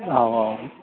औ औ